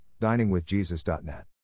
diningwithjesus.net